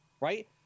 Right